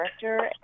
character